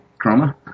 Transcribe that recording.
Chroma